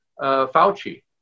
Fauci